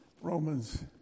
Romans